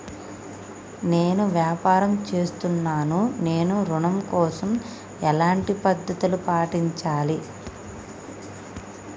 నేను వ్యాపారం చేస్తున్నాను నేను ఋణం కోసం ఎలాంటి పద్దతులు పాటించాలి?